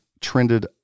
trended